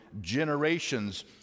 generations